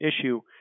issue